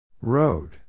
Road